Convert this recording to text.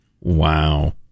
Wow